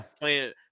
playing –